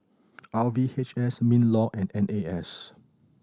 R V H S MinLaw and N A S